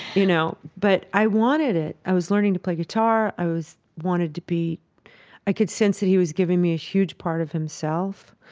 you know, but i wanted it i was learning to play guitar, i was wanted to be i could sense that he was giving me a huge part of himself.